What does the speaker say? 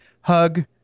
hug